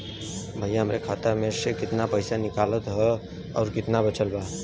भईया हमरे खाता मे से कितना पइसा निकालल ह अउर कितना बचल बा?